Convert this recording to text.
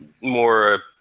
More